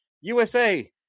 USA